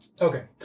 Okay